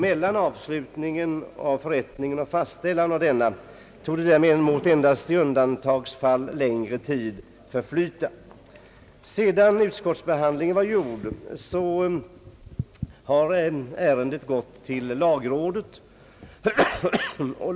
Mellan avslutandet av förrättningen och fastställandet av densamma torde däremot endast i undantagsfall längre tid förflyta.» Efter utskottsbehandlingen har ärendet gått till lagrådet.